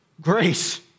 Grace